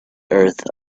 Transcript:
earth